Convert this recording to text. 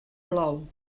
plou